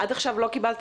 עד עכשיו לא קיבלת